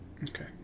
Okay